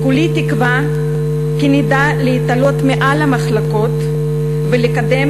כולי תקווה כי נדע להתעלות מעל המחלוקות ולקדם